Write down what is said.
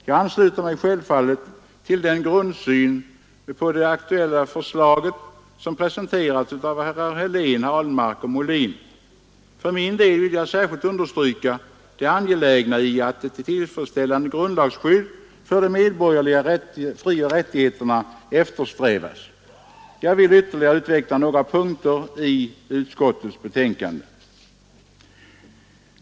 Jag ansluter mig självfallet till den grundsyn på det aktuella förslaget som presenterats av herrar Helén, Ahlmark och Molin. För min del vill jag särskilt understryka det angelägna i att ett tillfredsställande grundlagsskydd för de medborgerliga frioch rättigheterna eftersträvas. Jag vill ytterligare utveckla några punkter i utskottets betänkande.